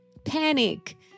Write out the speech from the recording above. panic